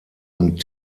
und